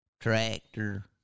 tractor